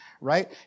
Right